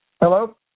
hello